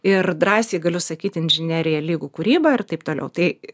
ir drąsiai galiu sakyti inžinerija lygu kūryba ir taip toliau tai